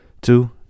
Two